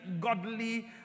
godly